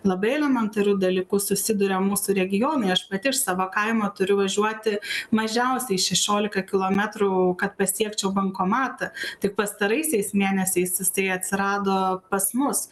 labai elementariu dalyku susiduria mūsų regionai aš pati iš savo kaimo turiu važiuoti mažiausiai šešiolika kilometrų kad pasiekčiau bankomatą tik pastaraisiais mėnesiais jisai atsirado pas mus